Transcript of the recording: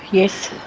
yes.